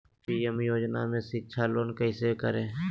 PM योजना में शिक्षा लोन कैसे करें?